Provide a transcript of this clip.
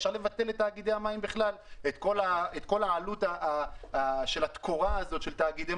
אפשר לבטל את תאגידי המים בכלל את כל עלות התקורה של תאגידי